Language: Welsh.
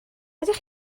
ydych